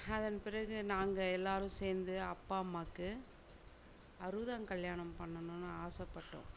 அதன் பிறகு நாங்கள் எல்லாரும் சேர்ந்து அப்பா அம்மாவுக்கு அறுபதாங் கல்யாணம் பண்ணணுனு ஆசைப்பட்டோம்